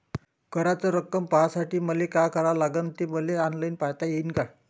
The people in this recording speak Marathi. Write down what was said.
कराच रक्कम पाहासाठी मले का करावं लागन, ते मले ऑनलाईन पायता येईन का?